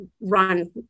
run